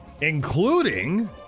Including